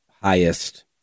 highest